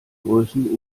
größen